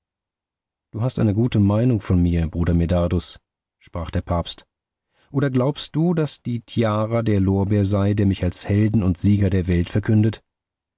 du hast eine gute meinung von mir bruder medardus sprach der papst oder glaubst du daß die tiara der lorbeer sei der mich als helden und sieger der welt verkündet